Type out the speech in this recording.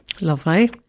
Lovely